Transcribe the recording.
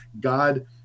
God